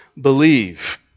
believe